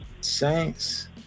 Saints